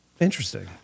Interesting